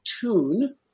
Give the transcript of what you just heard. tune